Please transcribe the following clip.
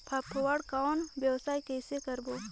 फाफण कौन व्यवसाय कइसे करबो?